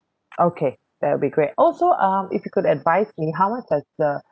okay that will be great also um if you could advise me how much is the